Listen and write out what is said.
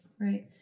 Right